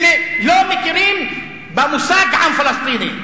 שלא מכירים במושג עם פלסטיני,